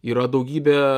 yra daugybė